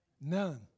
none